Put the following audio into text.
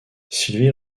sylvie